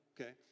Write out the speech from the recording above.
Okay